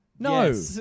No